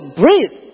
breathe